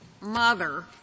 mother